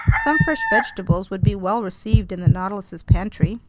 some fresh vegetables would be well received in the nautilus's pantry.